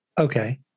Okay